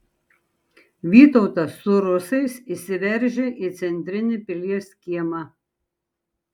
vytautas su rusais įsiveržia į centrinį pilies kiemą